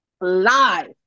live